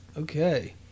Okay